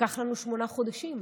לקח לנו שמונה חודשים.